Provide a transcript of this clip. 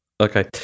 Okay